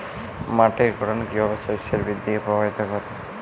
মাটির গঠন কীভাবে শস্যের বৃদ্ধিকে প্রভাবিত করে?